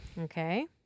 Okay